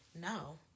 No